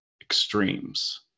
extremes